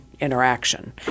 interaction